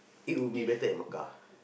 it will be better at Mecca